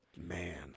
Man